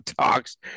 talks